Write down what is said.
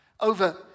over